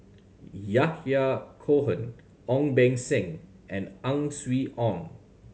Yahya Cohen Ong Beng Seng and Ang Swee Aun